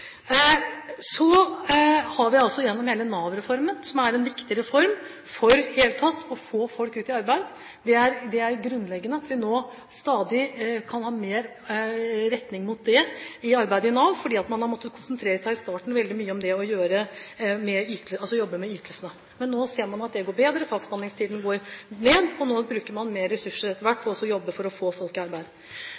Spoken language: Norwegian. Hele Nav-reformen er en viktig reform for i det hele tatt å få folk ut i arbeid. Det er grunnleggende at vi nå stadig kan ha mer retning mot det i arbeidet i Nav, fordi man i starten har måttet konsentrere seg veldig mye om å jobbe med ytelsene. Nå ser man at det går bedre, saksbehandlingstiden går ned, og nå bruker man etter hvert mer ressurser